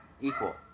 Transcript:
equal